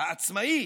העצמאי,